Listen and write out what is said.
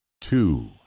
Two